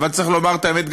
אבל צריך לומר את האמת,